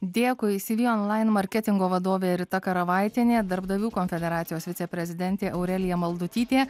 dėkui cv online marketingo vadovė rita karavaitienė darbdavių konfederacijos viceprezidentė aurelija maldutytė